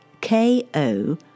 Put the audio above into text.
K-O